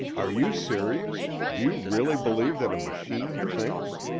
are you serious do you really believe that a machine thinks?